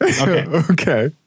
Okay